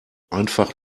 einfach